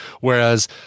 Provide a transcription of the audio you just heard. Whereas